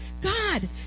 God